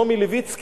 של נעמי לויצקי,